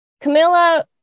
camilla